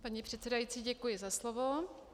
Paní předsedající, děkuju za slovo.